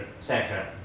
sector